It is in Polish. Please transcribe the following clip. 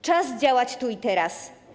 Czas działać tu i teraz.